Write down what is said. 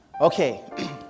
Okay